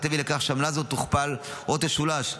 הביאה לכך שהעמלה הזאת תוכפל או תשולש.